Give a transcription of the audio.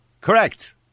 correct